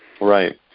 right